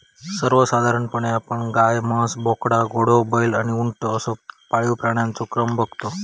सर्वसाधारणपणे आपण गाय, म्हस, बोकडा, घोडो, बैल आणि उंट असो पाळीव प्राण्यांचो क्रम बगतो